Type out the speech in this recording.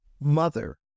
mother